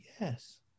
yes